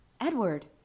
Edward